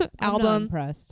Album